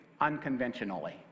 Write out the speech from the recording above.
unconventionally